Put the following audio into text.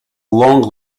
long